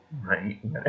right